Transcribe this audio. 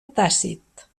tàcit